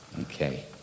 Okay